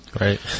Right